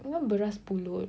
you know beras pulut